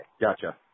gotcha